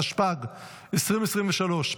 התשפ"ג 2023,